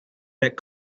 that